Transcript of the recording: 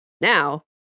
now